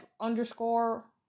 underscore